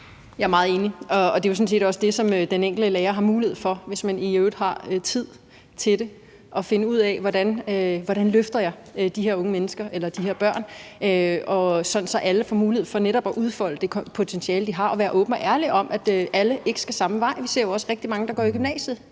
Jeg er meget enig. Og det er jo sådan set også det, som den enkelte lærer har mulighed for, hvis man i øvrigt har tid til det – at finde ud af, hvordan man løfter de her unge mennesker eller børn, sådan at alle får mulighed for netop at udfolde det potentiale, de har, og være åben og ærlig om, at alle ikke skal samme vej. Vi ser jo også rigtig mange, der går i gymnasiet,